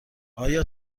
آیا